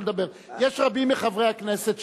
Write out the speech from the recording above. רבים מחברי הקואליציה רצו לדבר.